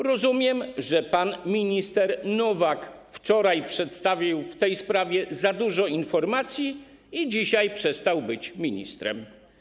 Rozumiem, że pan minister Nowak wczoraj przedstawił w tej sprawie za dużo informacji i dlatego dzisiaj przestał być ministrem.